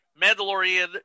Mandalorian